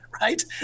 right